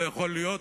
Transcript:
לא יכול להיות,